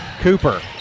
Cooper